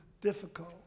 difficult